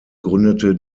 gründete